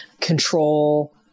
control